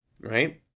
right